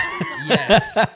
yes